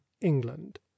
England